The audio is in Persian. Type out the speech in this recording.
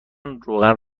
روغن